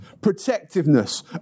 protectiveness